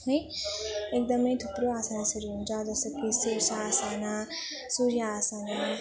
है एकदम थुप्रो आसनहरू हुन्छ जस्तो कि शीर्षासना सूर्यासना